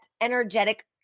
energetic